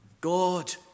God